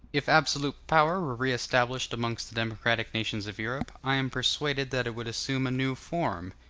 if absolute power were re-established amongst the democratic nations of europe, i am persuaded that it would assume a new form,